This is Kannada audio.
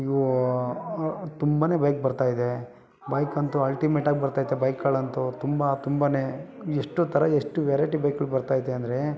ಇವು ತುಂಬನೇ ಬೈಕ್ ಬರ್ತಾಯಿದೆ ಬೈಕ್ ಅಂತು ಅಲ್ಟಿಮೇಟಾಗಿ ಬರ್ತೈತೆ ಬೈಕ್ಗಳಂತು ತುಂಬ ತುಂಬನೇ ಎಷ್ಟು ಥರ ಎಷ್ಟು ವೆರೈಟಿ ಬೈಕ್ಗಳು ಬರ್ತೈತೆ ಅಂದರೆ